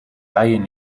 bijen